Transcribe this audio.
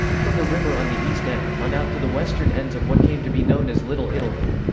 from the river on the east end, on out to the western ends of what came to be known as little italy.